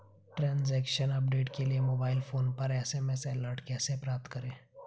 Transaction update के लिए mobile phone पर एस.एम.एस अलर्ट कैसे प्राप्त करें?